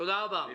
תודה רבה.